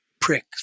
prick